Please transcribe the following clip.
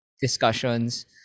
discussions